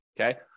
okay